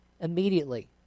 immediately